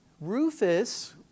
Rufus